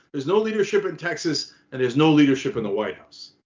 there's no leadership in texas and there's no leadership in the white house.